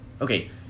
okay